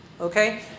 Okay